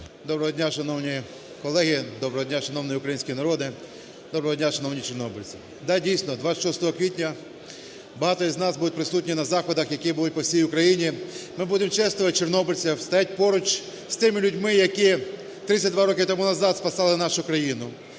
Доброго дня, шановні колеги. Доброго дня, шановний український народ. Доброго дня, шановні чорнобильці. Да, дійсно, 26 квітня багато із нас будуть присутні на заходах, які будуть по всій Україні. Ми будемо чествувать чорнобильців, стояти поруч з тими людьми, які 32 роки тому назад спасали нашу країну.